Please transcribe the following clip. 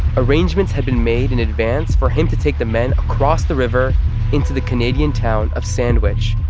arrangements had been made in advance for him to take the men across the river into the canadian town of sandwich.